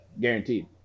guaranteed